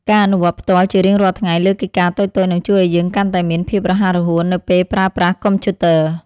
ការអនុវត្តផ្ទាល់ជារៀងរាល់ថ្ងៃលើកិច្ចការតូចៗនឹងជួយឱ្យយើងកាន់តែមានភាពរហ័សរហួននៅពេលប្រើប្រាស់កុំព្យូទ័រ។